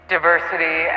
Diversity